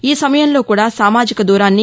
ఈ సమయంలో కూడా సామాజిక దూరాన్ని